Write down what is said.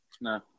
No